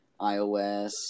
iOS